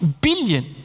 billion